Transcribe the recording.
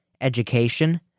education